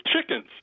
chickens